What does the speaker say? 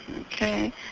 Okay